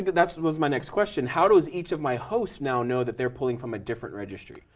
that was my next question. how does each of my hosts now know that they are pulling from a different registry?